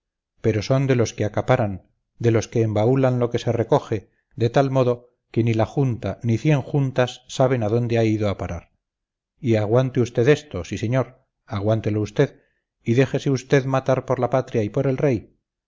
pero son de los que acaparan de los que embaúlan lo que se recoge de tal modo que ni la junta ni cien juntas saben a dónde ha ido a parar y aguante usted esto sí señor aguántelo usted y déjese usted matar por la patria y por el rey